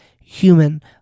human